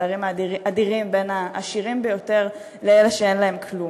פערים אדירים בין העשירים ביותר לאלה שאין להם כלום.